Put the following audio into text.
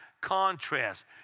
contrast